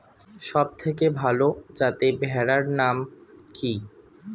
সবথেকে ভালো যাতে ভেড়ার নাম কি?